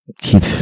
Keep